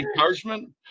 encouragement